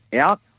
out